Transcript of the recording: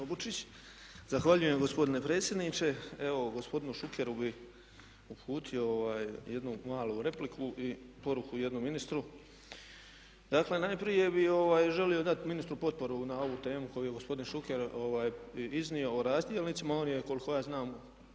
Zahvaljujem gospodine potpredsjedniče. Evo gospodinu Šukeru bih uputio jednu malu repliku i poruku jednom ministru. Dakle, najprije bih želio dati ministru potporu na ovu temu koju je gospodin Šuker iznio o razdjelnicima. On je koliko ja znam